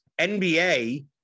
NBA